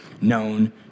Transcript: known